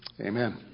Amen